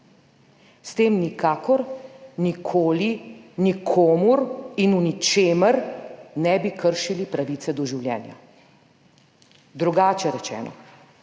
S tem nikakor, nikoli, nikomur in v ničemer ne bi kršili pravice do življenja. Drugače rečeno,